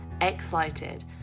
excited